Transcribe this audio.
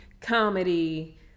comedy